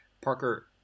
Parker